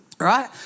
Right